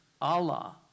Allah